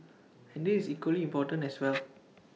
and this is equally important as well